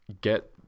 get